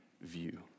view